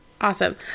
awesome